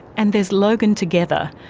and there's logan together,